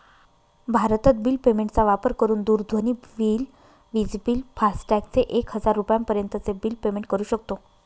भारतत bill payment चा वापर करून दूरध्वनी बिल, विज बिल, फास्टॅग चे एक हजार रुपयापर्यंत चे बिल पेमेंट करू शकतो